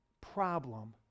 problem